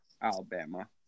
Alabama